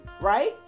right